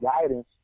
guidance